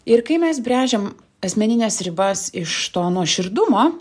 ir kai mes brežiam asmenines ribas iš to nuoširdumo